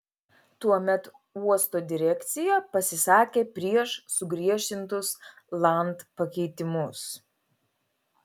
tuomet uosto direkcija pasisakė prieš sugriežtintus land pakeitimus